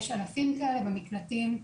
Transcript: יש אלפים כאלה במקלטים,